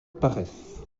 paraissent